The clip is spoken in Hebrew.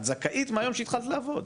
את זכאית מהיום שהתחלת לעבוד,